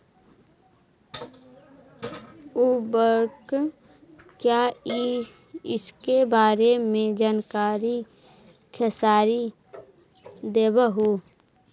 उर्वरक क्या इ सके बारे मे जानकारी खेसारी देबहू?